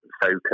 focus